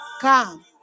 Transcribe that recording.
come